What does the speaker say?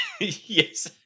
yes